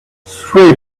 three